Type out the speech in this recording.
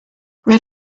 red